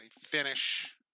Finish